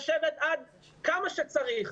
לשבת כמה שצריך.